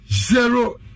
zero